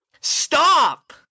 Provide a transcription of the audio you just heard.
Stop